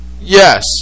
Yes